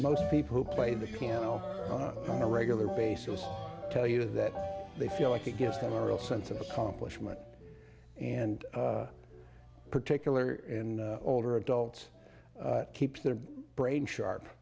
most people who play the piano on a regular basis tell you that they feel like it gives them a real sense of accomplishment and particular in older adults keep their brain sharp